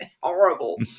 horrible